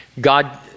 God